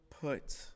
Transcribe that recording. put